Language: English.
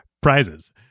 prizes